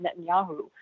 Netanyahu